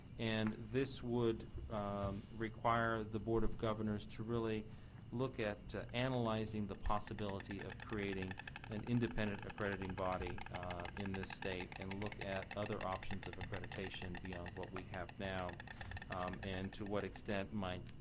and this would require the board of governors to really look at analyzing the possibility of creating an independent accrediting body in this state and look at other options of accreditation beyond what we have now and to what extent might